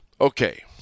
Okay